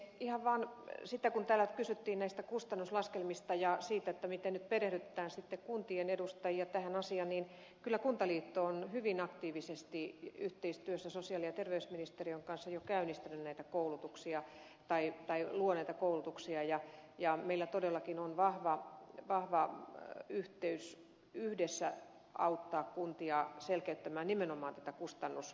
ihan vaan kun täällä kysyttiin näistä kustannuslaskelmista ja siitä miten perehdytetään sitten kuntien edustajia tähän asiaan niin kyllä kuntaliitto on hyvin aktiivisesti yhteistyössä sosiaali ja terveysministeriön kanssa jo käynnistänyt näitä koulutuksia tai luo näitä koulutuksia ja meillä todellakin on vahva yhteys yhdessä auttaa kuntia selkeyttämään nimenomaan tätä kustannuslaskentaa